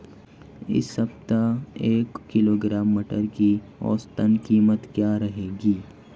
इस सप्ताह एक किलोग्राम मटर की औसतन कीमत क्या रहेगी?